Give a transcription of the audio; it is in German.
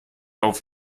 auf